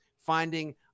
finding